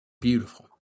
Beautiful